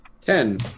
Ten